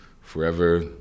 forever